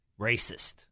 Racist